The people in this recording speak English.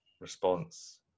response